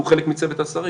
שהוא חלק מצוות השרים.